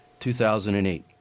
2008